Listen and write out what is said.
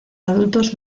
adultos